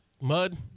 mud